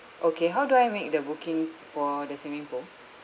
okay how do I make the booking for the swimming pool